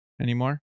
anymore